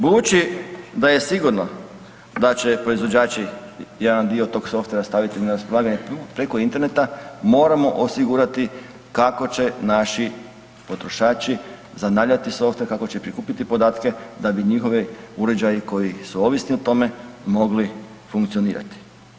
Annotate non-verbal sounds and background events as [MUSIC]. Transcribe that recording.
Budući da je sigurno da će proizvođači jedan dio tog softvera staviti na raspolaganje preko interneta, moramo osigurati kako će naši potrošači ... [UNINTELLIGIBLE] softver, kako će prikupiti podatke, da bi njihove uređaji koji su ovisni o tome mogli funkcionirati.